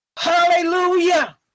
hallelujah